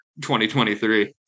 2023